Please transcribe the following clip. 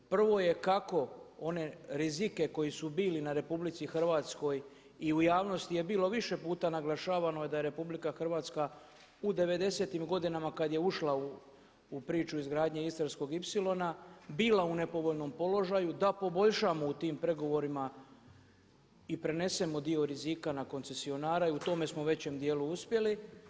Prvo je kako one rizike koji su bili na RH i u javnosti je bilo više puta naglašavamo da je RH u 90-tim godinama kad je ušla u priču izgradnje Istarskog ipsilona bila u nepovoljnom položaju, da poboljšamo u tim pregovorima i prenesemo dio rizika na koncesionare u tome smo u većem dijelu uspjeli.